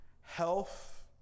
health